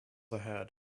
ahead